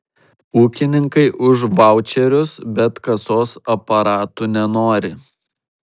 ūkininkai už vaučerius bet kasos aparatų nenori